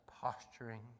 posturing